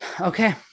Okay